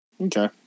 Okay